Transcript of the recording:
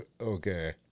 okay